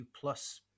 plus